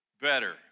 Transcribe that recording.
better